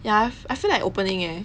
ya I I feel like opening eh